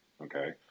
Okay